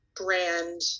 brand